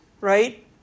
right